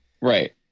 Right